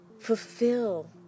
fulfill